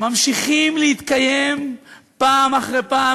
ממשיכים להתקיים פעם אחר פעם,